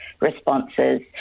responses